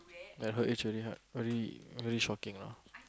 I heard it really hurt very very shocking lah